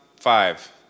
five